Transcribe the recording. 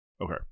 Okay